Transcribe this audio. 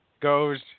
goes